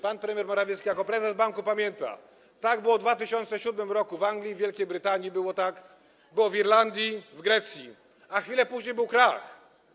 Pan premier Morawiecki jako prezes banku pamięta: tak było w 2007 r. w Anglii, w Wielkiej Brytanii tak było, tak było w Irlandii, w Grecji, a chwilę później był krach.